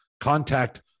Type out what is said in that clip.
contact